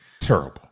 terrible